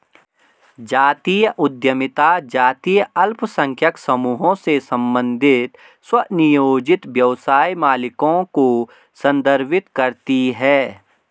जातीय उद्यमिता जातीय अल्पसंख्यक समूहों से संबंधित स्वनियोजित व्यवसाय मालिकों को संदर्भित करती है